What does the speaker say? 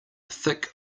thick